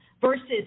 versus